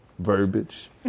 Verbiage